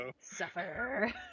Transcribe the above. Suffer